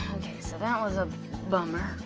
okay, so that was a bummer.